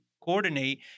coordinate